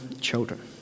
children